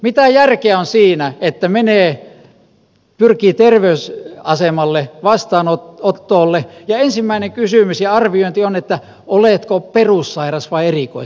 mitä järkeä on siinä että pyrkii terveysaseman vastaanotolle ja ensimmäinen kysymys ja arviointi on oletko perussairas vai erikoisen sairas